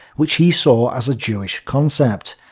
which he saw as a jewish concept.